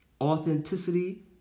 Authenticity